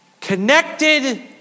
connected